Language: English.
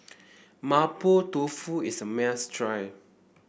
Mapo Tofu is a must try